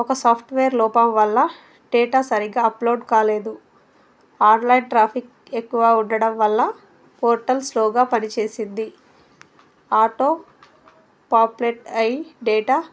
ఒక సాఫ్ట్వేర్ లోపం వల్ల డేటా సరిగ్గా అప్లోడ్ కాలేదు ఆన్లైన్ ట్రాఫిక్ ఎక్కువ ఉండడం వల్ల పోర్టల్ స్లోగా పనిచేసింది ఆటో ఫాంప్లేట్ అఐ డేటా